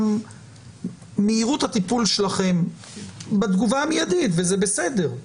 גם מהירות הטיפול שלכם בתגובה המיידית, וזה בסדר.